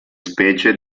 specie